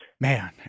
Man